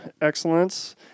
Excellence